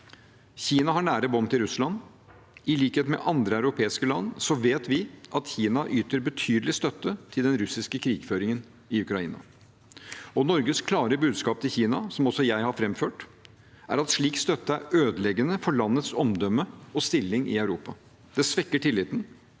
Kina har nære bånd til Russland. I likhet med andre europeiske land vet vi at Kina yter betydelig støtte til den russiske krigføringen i Ukraina. Norges klare budskap til Kina – som også jeg har framført – er at slik støtte er ødeleggende for landets omdømme og stilling i Europa. Det svekker tilliten.